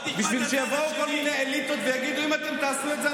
בשביל שיבואו כל מיני אליטות ויגידו להם: אם אתם תעשו את זה,